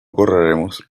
correremos